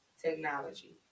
technology